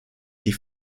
die